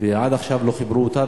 ועד עכשיו לא חיברו אותה.